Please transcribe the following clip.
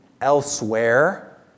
elsewhere